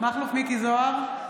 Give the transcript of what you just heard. מכלוף מיקי זוהר,